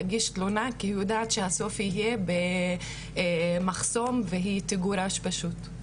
יודעת שהסוף יהיה במחסום והיא תגורש פשוט.